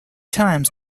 times